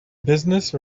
business